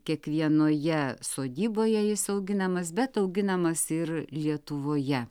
kiekvienoje sodyboje jis auginamas bet auginamas ir lietuvoje